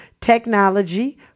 technology